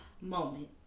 moment